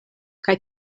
kaj